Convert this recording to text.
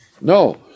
No